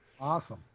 Awesome